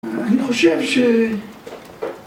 אני חושב ש...